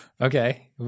Okay